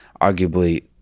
Arguably